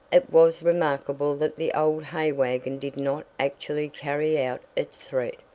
it was remarkable that the old hay wagon did not actually carry out its threat,